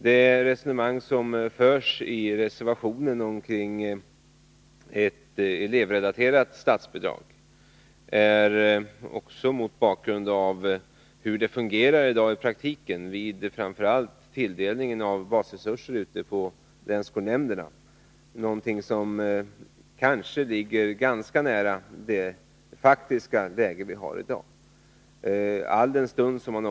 I reservationen förs det ett resonemang om ett elevrelaterat statsbidrag. Mot bakgrund av hur det i dag ute på länsskolnämnderna i praktiken fungerar när det framför allt gäller tilldelningen av basresurser, ligger nog förslaget ganska nära det faktiska läge som vi i dag har.